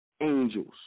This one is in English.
angels